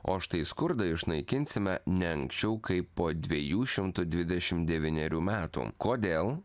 o štai skurdą išnaikinsime ne anksčiau kaip po dviejų šimtų dvidešim devynerių metų kodėl